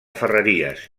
ferreries